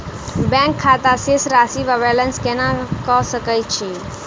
Bank खाता शेष राशि वा बैलेंस केना कऽ सकय छी?